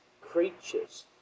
creatures